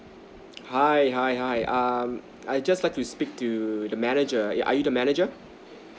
hi hi hi um I just like to speak to the manager are you the manager